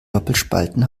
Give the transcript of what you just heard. doppelspalten